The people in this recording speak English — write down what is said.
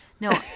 no